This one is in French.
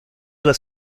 doit